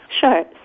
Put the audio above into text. Sure